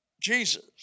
Jesus